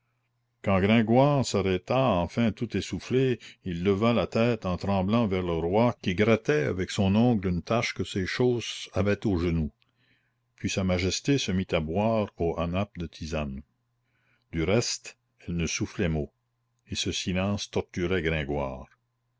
quand gringoire s'arrêta enfin tout essoufflé il leva la tête en tremblant vers le roi qui grattait avec son ongle une tache que ses chausses avaient au genou puis sa majesté se mit à boire au hanap de tisane du reste elle ne soufflait mot et ce silence torturait gringoire